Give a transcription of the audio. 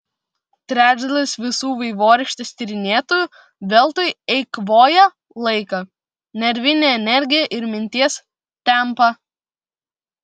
trečdalis visų vaivorykštės tyrinėtojų veltui eikvoja laiką nervinę energiją ir minties tempą